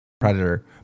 predator